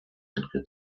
quelque